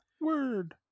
Word